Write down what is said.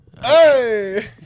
Hey